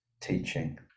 teaching